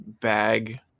bag